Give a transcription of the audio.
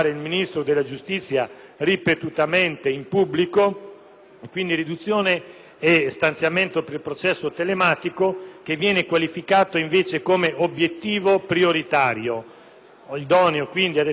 - riduzione dello stanziamento per il processo telematico, che viene qualificato invece come obiettivo prioritario, idoneo a determinare una significativa accelerazione dei tempi dei processi.